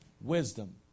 Wisdom